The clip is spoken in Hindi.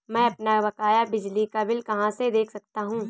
मैं अपना बकाया बिजली का बिल कहाँ से देख सकता हूँ?